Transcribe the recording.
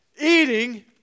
Eating